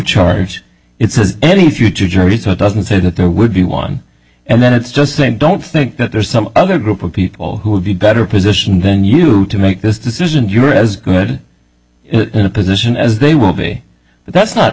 charge it says any future jury so it doesn't say that there would be one and then it's just saying don't think that there's some other group of people who would be better positioned than you to make this decision you are as good a position as they will be but that's not